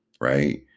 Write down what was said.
right